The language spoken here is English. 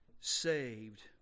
saved